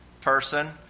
person